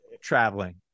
traveling